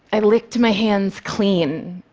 i licked my hands clean,